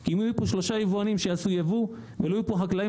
כי אם יהיו פה שלושה יבואנים שיעשו יבוא ולא יהיו פה חקלאים,